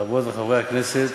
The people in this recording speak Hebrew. חברות וחברי הכנסת,